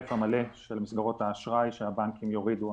ההיקף המלא של מסגרות האשראי שהבנקים יורידו.